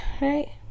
right